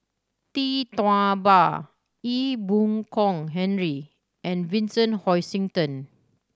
Tee Tua Ba Ee Boon Kong Henry and Vincent Hoisington